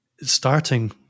Starting